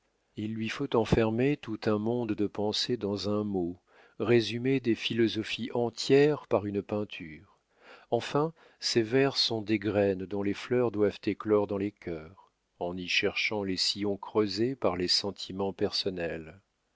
il lui faut enfermer tout un monde de pensées dans un mot résumer des philosophies entières par une peinture enfin ses vers sont des graines dont les fleurs doivent éclore dans les cœurs en y cherchant les sillons creusés par les sentiments personnels